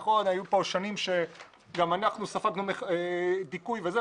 נכון היו פה שנים שגם אנחנו ספגנו דיכוי וזה,